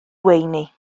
weini